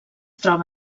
troba